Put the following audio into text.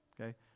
okay